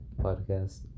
Podcast